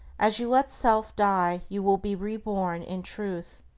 as you let self die, you will be reborn in truth.